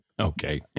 Okay